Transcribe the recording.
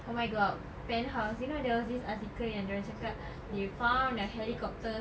oh my god penthouse you know there was this article yang dorang cakap they found a helicopter